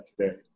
today